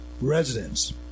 residents